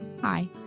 Hi